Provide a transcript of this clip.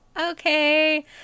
okay